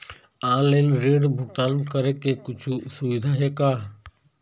Online ऋण भुगतान करे के कुछू सुविधा हे का?